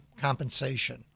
compensation